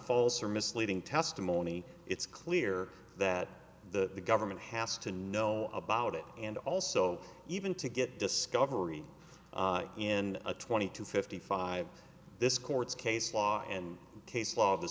false or misleading testimony it's clear that the government has to know about it and also even to get discovery in a twenty to fifty five this court's case law and case law of the